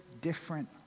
different